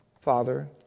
Father